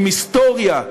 עם היסטוריה: